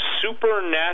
supernatural